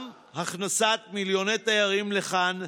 גם בהכנסת מיליוני תיירים לכאן,